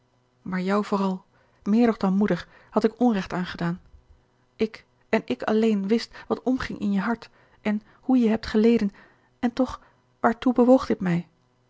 maar jou vooral meer nog dan moeder had ik onrecht aangedaan ik en ik alleen wist wat omging in je hart en hoe je hebt geleden en toch waartoe bewoog dit mij